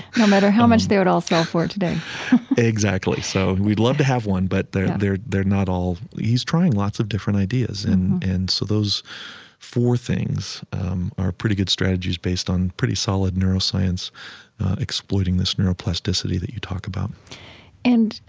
no matter how much they would all sell for today exactly. so we'd love to have one, but they're they're not all he's trying lots of different ideas. and and so those four things are pretty good strategies based on pretty solid neuroscience exploiting this neuroplasticity that you talk about and,